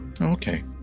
Okay